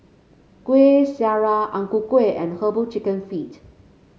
Kueh Syara Ang Ku Kueh and herbal chicken feet